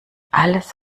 alles